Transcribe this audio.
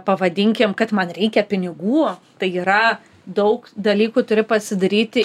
pavadinkim kad man reikia pinigų tai yra daug dalykų turi pasidaryti